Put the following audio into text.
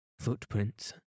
Footprints